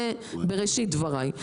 זה בראשית דבריי.